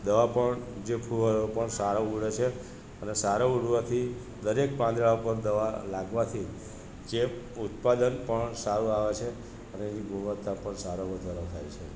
દવા પણ જે ફૂવારો પણ સારો ઉડે છે અને સારો ઉડવાથી દરેક પાંદળા ઉપર દવા લાગવાથી ચેપ ઉત્પાદન પણ સારું આવે છે અને એની ગુણવતા પણ સારો વધારો થાય છે